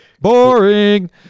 Boring